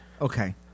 Okay